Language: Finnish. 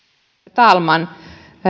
talman